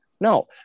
No